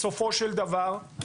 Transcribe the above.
בסופו של דבר,